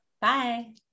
Bye